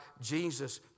Jesus